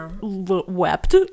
wept